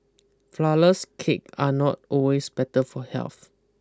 flourless cake are not always better for health